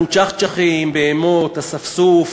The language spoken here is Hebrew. אנחנו צ'חצ'חים, בהמות, אספסוף,